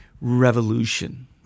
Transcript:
revolution